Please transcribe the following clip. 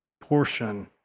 portion